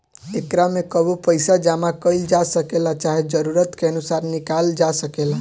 एकरा में कबो पइसा जामा कईल जा सकेला, चाहे जरूरत के अनुसार निकलाल जा सकेला